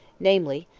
namely,